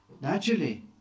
Naturally